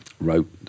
wrote